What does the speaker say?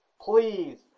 please